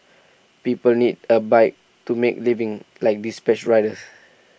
people need A bike to make living like dispatch riders